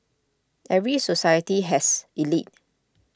every society has elite